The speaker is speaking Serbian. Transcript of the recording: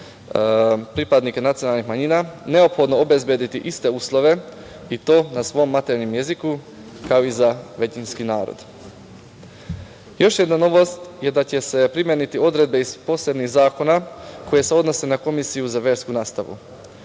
pripadnike nacionalnih manjina neophodno obezbediti iste uslove i to na svom maternjem jeziku, kao i za većinski narod. Još jedna novost je da će se primeniti odredbe iz posebnih zakona koje se odnose na Komisiju za versku nastavu.